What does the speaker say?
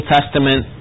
Testament